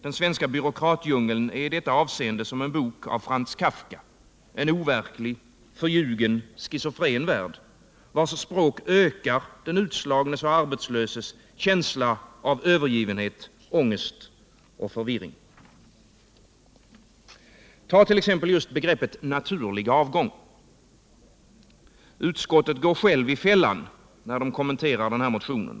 Den svenska byråkratdjungeln är i detta avseende som en bok av Franz Kafka —-en overklig; förljugen och schizofren värld, vars språk ökar den utslagnes och arbetslöses känsla av övergivenhet, ångest och förvirring. Ta 1. ex. begreppet ”naturlig avgång”. Utskottet går självt i fällan när det kommenterar den här motionen.